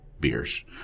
beers